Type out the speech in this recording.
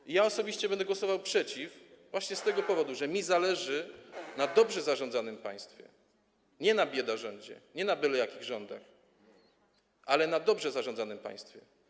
I ja osobiście będę głosował przeciw właśnie z tego powodu, że zależy mi na dobrze zarządzanym państwie, a nie na biedarządzie, nie na byle jakich rządach, ale na dobrze zarządzanym państwie.